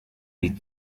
die